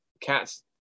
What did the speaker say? cats